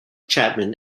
chapman